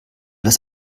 das